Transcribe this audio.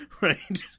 right